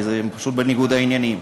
כי הם פשוט בניגוד עניינים.